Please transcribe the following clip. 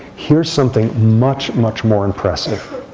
here's something much, much more impressive.